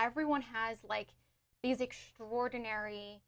everyone has like these extraordinary